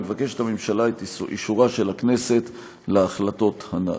הממשלה מבקשת את אישורה של הכנסת להחלטות הנ"ל.